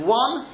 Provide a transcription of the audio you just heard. one